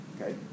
Okay